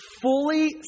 fully